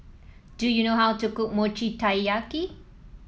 do you know how to cook Mochi Taiyaki